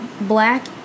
black